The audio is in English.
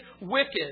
wicked